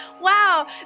Wow